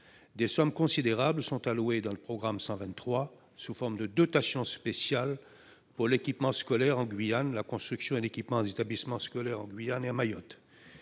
Des sommes considérables sont allouées dans le programme 123, sous forme de dotations spéciales, pour l'équipement scolaire en Guyane, et pour la construction et l'équipement des établissements scolaires en Guyane et à Mayotte.